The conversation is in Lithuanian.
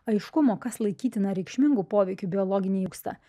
aiškumo kas laikytina reikšmingu poveikiu biologinei nyksta